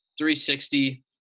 360